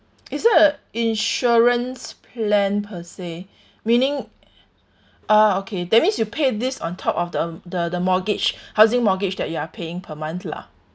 is that a insurance plan per se meaning ah okay that means you paid this on top of the the the mortgage housing mortgage that you are paying per month lah